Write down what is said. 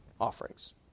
offerings